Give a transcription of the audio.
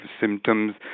symptoms